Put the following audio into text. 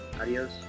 Adios